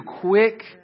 quick